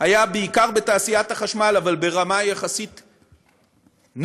היה בעיקר בתעשיית החשמל, אבל ברמה יחסית נמוכה.